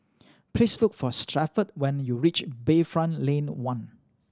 please look for Stafford when you reach Bayfront Lane One